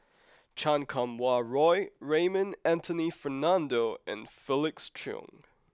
Chan Kum Wah Roy Raymond Anthony Fernando and Felix Cheong